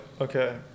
Okay